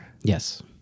Yes